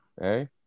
hey